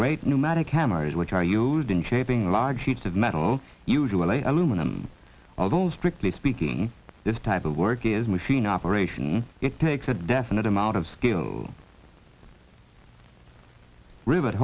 great pneumatic cameras which are used in shaping large sheets of metal usually aluminum although strictly speaking this type of work is a machine operation it takes a definite amount of skill rive